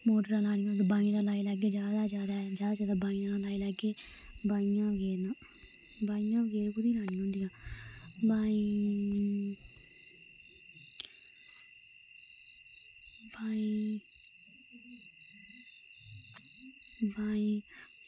मोटरां लाई लैनियां अस बाईं दा लाई लैगे जादै जादै जादै बाईं दा लाई लैगे बाईं दा बी गे लानियां होंदियां बाईं बाईं बाईं